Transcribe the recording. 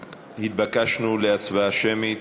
התבקשנו לערוך הצבעה שמית.